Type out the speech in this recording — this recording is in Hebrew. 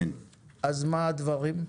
מה הדברים?